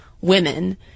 women